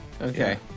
Okay